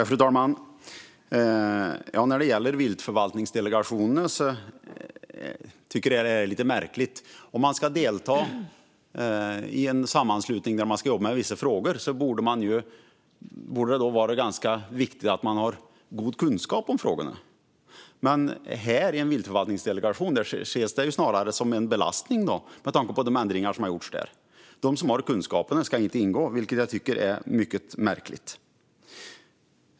Fru talman! När det gäller viltförvaltningsdelegationer tycker jag att det är lite märkligt. Om man ska delta i en sammanslutning där man ska jobba med vissa frågor borde det vara ganska viktigt att man har god kunskap om de frågorna. Men i en viltförvaltningsdelegation ses det snarare som en belastning med tanke på de ändringar som gjorts. De som har kunskapen ska inte ingå, vilket jag tycker är mycket märkligt.